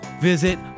Visit